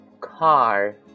Car